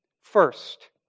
First